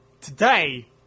Today